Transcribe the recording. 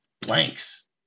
Blanks